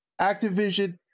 Activision